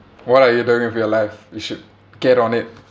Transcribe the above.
what are you doing with your life you should get on it